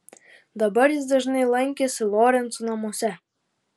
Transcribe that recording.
dabar jis dažnai lankėsi lorencų namuose